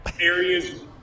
areas